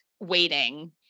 waiting